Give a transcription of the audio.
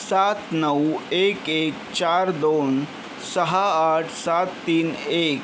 सात नऊ एक एक चार दोन सहा आठ सात तीन एक